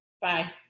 Bye